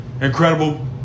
incredible